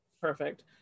perfect